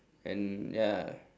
and ya